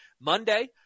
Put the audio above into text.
Monday